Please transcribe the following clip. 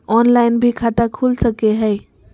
Online भी खाता खूल सके हय?